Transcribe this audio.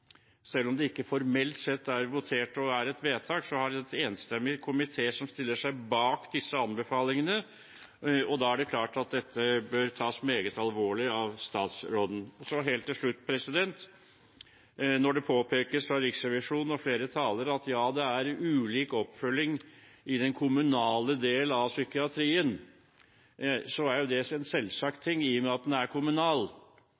Selv om det ikke formelt sett er votert over og er et vedtak, har man en enstemmig komité som stiller seg bak disse anbefalingene, og da er det klart at dette bør tas meget alvorlig av statsråden. Så helt til slutt: Når det påpekes fra Riksrevisjonen og flere talere at det er ulik oppfølging i den kommunale del av psykiatrien, er jo det en selvsagt